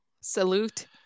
salute